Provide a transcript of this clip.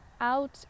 out